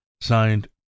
Signed